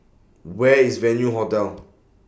Where IS Venue Hotel